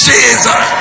Jesus